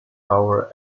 tower